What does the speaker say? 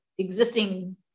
existing